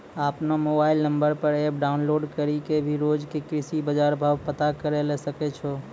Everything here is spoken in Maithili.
आपनो मोबाइल नंबर पर एप डाउनलोड करी कॅ भी रोज के कृषि बाजार भाव पता करै ल सकै छो